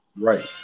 Right